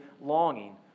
longing